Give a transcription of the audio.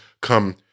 come